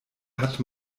hat